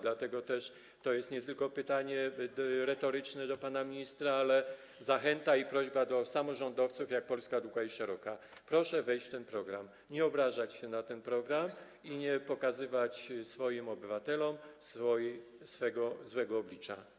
Dlatego też to jest nie tylko pytanie retoryczne do pana ministra, ale też zachęta i prośba do samorządowców jak Polska długa i szeroka: proszę wejść w ten program, nie obrażać się na ten program i nie pokazywać swoim obywatelom swego złego oblicza.